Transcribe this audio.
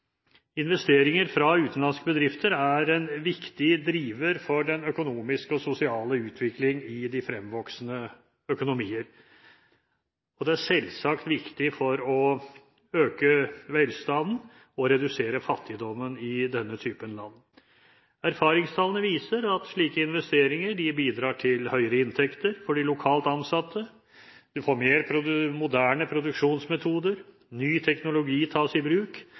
Investeringer fra utenlandske bedrifter er en viktig driver for den økonomiske og sosiale utvikling i de fremvoksende økonomier, og det er selvsagt viktig for å øke velstanden og redusere fattigdommen i denne typen land. Erfaringstallene viser at slike investeringer bidrar til høyere inntekter for de lokalt ansatte, til mer moderne produksjonsmetoder, og til at ny teknologi tas i bruk